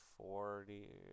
Forty